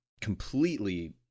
completely